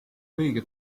õige